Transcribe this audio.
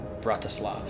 Bratislav